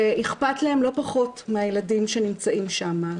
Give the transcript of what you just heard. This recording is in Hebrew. שאכפת להם לא פחות מהילדים שנמצאים שם.